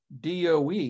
DOE